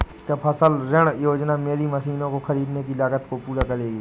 क्या फसल ऋण योजना मेरी मशीनों को ख़रीदने की लागत को पूरा करेगी?